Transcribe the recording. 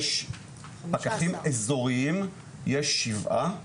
פקחים אזוריים יש שבעה,